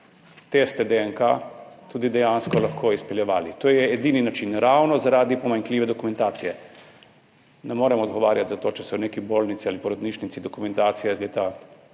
teste DNK tudi dejansko lahko izpeljevali. To je ravno zaradi pomanjkljive dokumentacije edini način. Ne morem odgovarjati za to, če se v neki bolnici ali porodnišnici dokumentacija iz leta